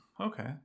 okay